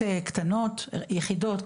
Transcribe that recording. קטנות יחידות,